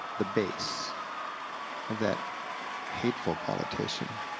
the base of that hateful politician.